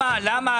שם?